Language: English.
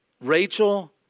Rachel